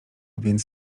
więc